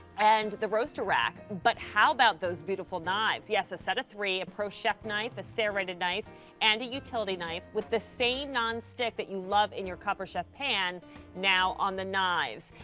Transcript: and the roaster rack, but how about those beautiful knives? yes, a set of three, a pro chef knife, a serrated knife and a utility knife, with the same nonstick but you love in your copper chef pan now on the knives.